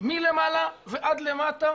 מלמעלה ועד למטה.